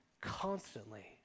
constantly